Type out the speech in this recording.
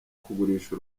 kugurisha